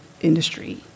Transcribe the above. industry